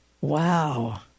Wow